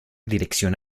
dirección